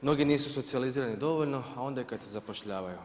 Mnogi nisu socijalizirani dovoljno, a onda kad se i zapošljavaju.